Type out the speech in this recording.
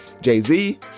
jay-z